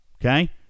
Okay